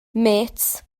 mêts